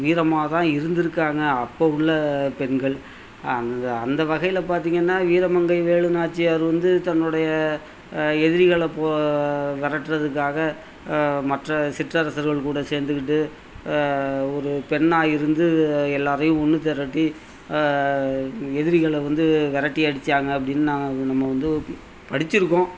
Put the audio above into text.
வீரமாக தான் இருந்துருக்காங்க அப்போ உள்ள பெண்கள் அந்த அந்த வகையில் பார்த்தீங்கன்னா வீரமங்கை வேலுநாச்சியார் வந்து தன்னுடைய எதிரிகளை போ விரட்றதுக்காக மற்ற சிற்றரசர்கள் கூட சேர்ந்துக்கிட்டு ஒரு பெண்ணாய் இருந்து எல்லாரையும் ஒன்று திரட்டி எதிரிகளை வந்து விரட்டி அடிச்சாங்க அப்படின் நான் நம்ம வந்து படிச்சிருக்கோம்